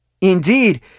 Indeed